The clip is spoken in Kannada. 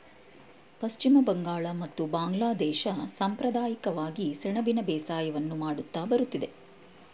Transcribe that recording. ಪಶ್ಚಿಮ ಬಂಗಾಳ ಮತ್ತು ಬಾಂಗ್ಲಾದೇಶ ಸಂಪ್ರದಾಯಿಕವಾಗಿ ಸೆಣಬಿನ ಬೇಸಾಯವನ್ನು ಮಾಡುತ್ತಾ ಬರುತ್ತಿದೆ